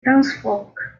townsfolk